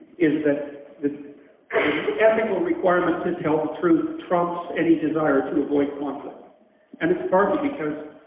is that the ethical requirement to tell the truth trumps any desire to avoid conflict and it's partly because